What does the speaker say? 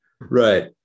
Right